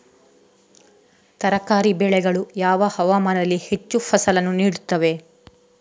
ತರಕಾರಿ ಬೆಳೆಗಳು ಯಾವ ಹವಾಮಾನದಲ್ಲಿ ಹೆಚ್ಚು ಫಸಲನ್ನು ನೀಡುತ್ತವೆ?